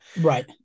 right